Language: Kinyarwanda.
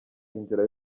inzira